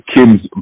Kim's